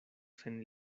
sen